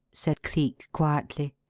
said cleek quietly.